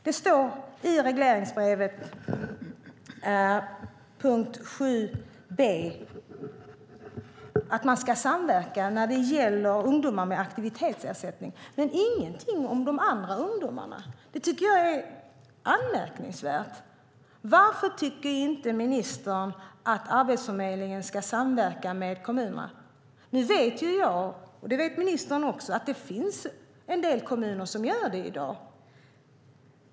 Det står i regleringsbrevet, punkt 7 b, att man ska samverka när det gäller ungdomar med aktivitetsersättning, men ingenting om de andra ungdomarna. Det tycker jag är anmärkningsvärt. Varför tycker inte ministern att Arbetsförmedlingen ska samverka med kommunerna? Jag vet, och det vet ministern också, att det finns en del kommuner som gör det i dag.